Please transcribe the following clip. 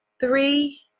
three